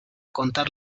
contar